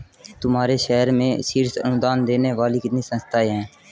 तुम्हारे शहर में शीर्ष अनुदान देने वाली कितनी संस्थाएं हैं?